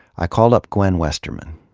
i called up gwen westerman.